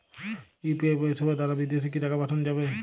UPI পরিষেবা দারা বিদেশে কি টাকা পাঠানো যাবে?